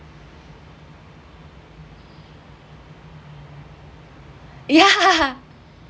yeah